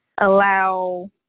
allow